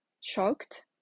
shocked